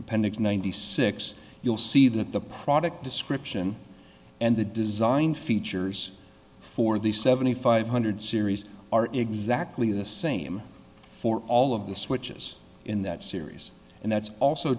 appendix ninety six you'll see that the product description and the design features for the seventy five hundred series are exactly the same for all of the switches in that series and that's also